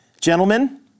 gentlemen